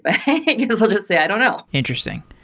i guess i'll just say i don't know interesting.